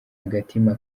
agatima